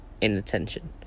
Inattention